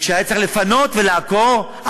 וכשהיה צריך לפנות ולעקור,